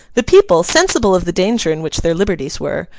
the people, sensible of the danger in which their liberties were,